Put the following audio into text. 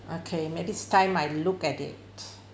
okay may this time I look at it